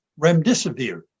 Remdesivir